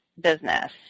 business